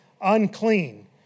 unclean